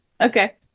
Okay